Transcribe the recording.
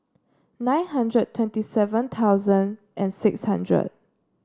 nine hundred twenty seven thousand and six hundred